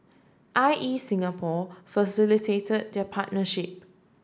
I E Singapore facilitated their partnership